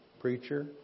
preacher